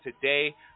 today